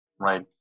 right